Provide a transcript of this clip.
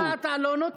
אז למה אתה לא נותן?